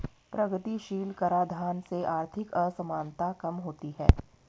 प्रगतिशील कराधान से आर्थिक असमानता कम होती है